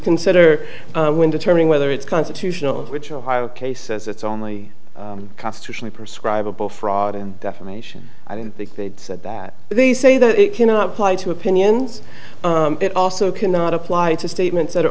consider when determining whether it's constitutional which ohio case says it's only constitutionally prescribable fraud and defamation i don't think they'd said that they say that it cannot apply to opinions it also cannot apply to statements that are